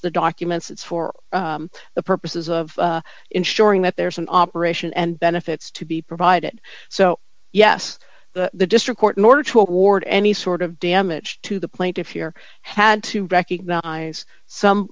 the documents it's for the purposes of ensuring that there's an operation and benefits to be provided so yes the district court in order to award any sort of damage to the plaintiffs here had to recognize some